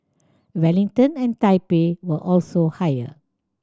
Wellington and Taipei were also higher